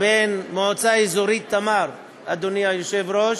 בין המועצה האזורית תמר, אדוני היושב-ראש,